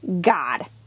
God